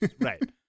Right